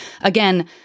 Again